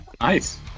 Nice